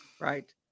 right